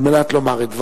על מנת לומר את דבריו.